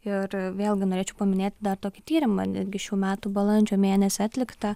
ir vėlgi norėčiau paminėti dar tokį tyrimą netgi šių metų balandžio mėnesį atliktą